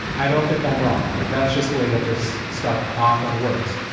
i don't think i'm wrong. like that's just the way that this stuff often works,